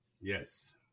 Yes